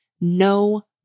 no